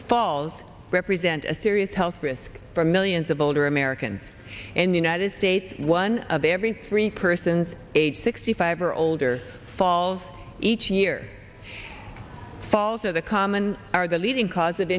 falls represent a serious health risk for millions of older american and united states one of every three persons age sixty five or older falls each year falls or the common are the leading cause